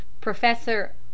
Professor